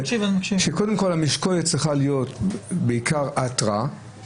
שקודם כול המשקולת צריכה להיות בעיקר התראה